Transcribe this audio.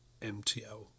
MTL